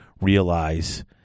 realize